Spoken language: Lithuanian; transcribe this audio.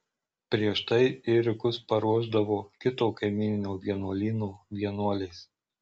prieš tai ėriukus paruošdavo kito kaimyninio vienuolyno vienuolės